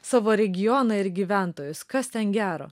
savo regioną ir gyventojus kas ten gero